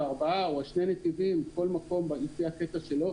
וארבעה או שני הנתיבים בכל מקום לפי הקטע שלו,